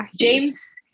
James